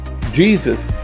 Jesus